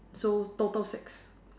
so total six